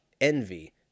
Envy